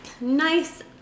nice